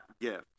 gift